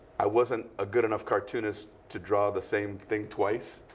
i wasn't a good enough cartoonist to draw the same thing twice.